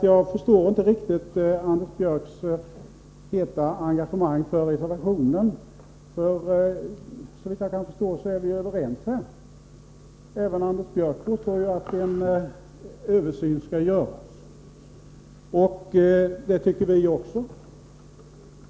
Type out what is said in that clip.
Jag förstår inte riktigt Anders Björcks heta engagemang för reservationen, för såvitt jag kan se är vi överens här. Anders Björck vill ju att en översyn skall göras, och det tycker vi också.